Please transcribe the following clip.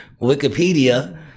Wikipedia